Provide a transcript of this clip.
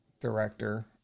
director